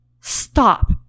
stop